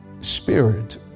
spirit